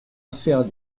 affaire